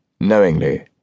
knowingly